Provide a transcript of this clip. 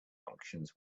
functions